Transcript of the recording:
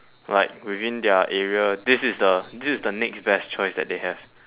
like within their area this is the this is the next best choice that they have